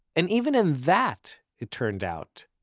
and even in that, it turned out,